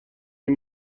این